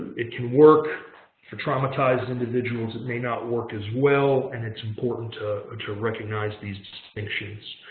it can work for traumatized individuals. it may not work as well. and it's important to to recognize these distinctions.